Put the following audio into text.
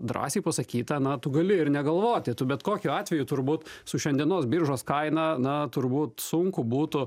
drąsiai pasakyta na tu gali ir negalvoti tu bet kokiu atveju turbūt su šiandienos biržos kaina na turbūt sunku būtų